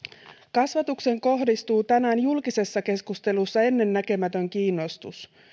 kasvatukseen kohdistuu tänään julkisessa keskustelussa ennennäkemätön kiinnostus